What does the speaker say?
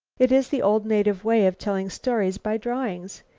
it is the old native way of telling stories by drawings.